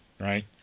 right